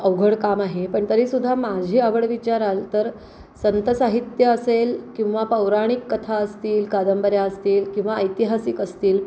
अवघड काम आहे पण तरी सुद्धा माझी आवड विचाराल तर संतसाहित्य असेल किंवा पौराणिक कथा असतील कादंबऱ्या असतील किंवा ऐतिहासिक असतील